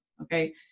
okay